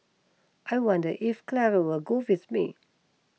I wonder if Clara will go with me